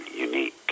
unique